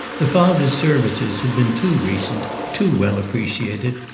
the father's services had been too recent, too well appreciated,